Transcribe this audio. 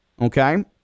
okay